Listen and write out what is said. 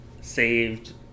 saved